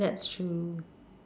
that's true